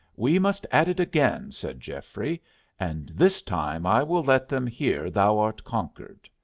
we must at it again, said geoffrey and this time i will let them hear thou art conquered.